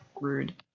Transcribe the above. Rude